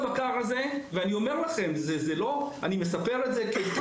ואני אומר לכם, אני מספר את זה כסיפור.